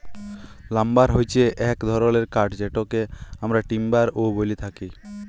lumber হচ্যে এক ধরলের কাঠ যেটকে আমরা টিম্বার ও ব্যলে থাকি